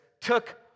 took